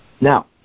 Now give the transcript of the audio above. Now